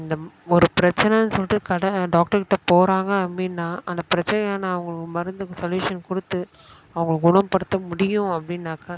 இந்த ஒரு பிரச்சினன்னு சொல்லிட்டு கட டாக்டர்க்கிட்ட போகிறாங்க அப்டின்னா அந்த பிரச்சினைக்கான அவங்களுக்கு மருந்து சொல்யூஷன் கொடுத்து அவங்கள குணப்படுத்த முடியும் அப்படின்னாக்கா